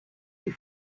die